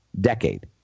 decade